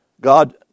God